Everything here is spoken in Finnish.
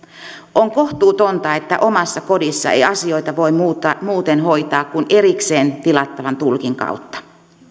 on kohtuutonta että omassa kodissa ei asioita voi muuten hoitaa kuin erikseen tilattavan tulkin kautta